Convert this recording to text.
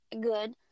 Good